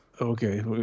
Okay